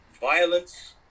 violence